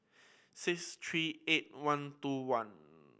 six three eight one two one